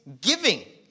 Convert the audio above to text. giving